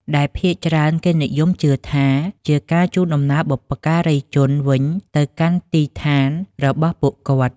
ដែលភាគច្រើនគេនិយមជឿថា ជាការជូនដំណើរបុព្វការីជនវិញទៅកាន់ទីឋានរបស់ពួកគាត់វិញ។